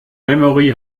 memory